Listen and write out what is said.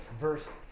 Verse